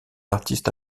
artiste